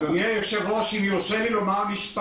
אדוני היושב-ראש, אם יורשה לי לומר משפט.